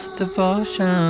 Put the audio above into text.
devotion